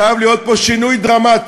חייב להיות פה שינוי דרמטי,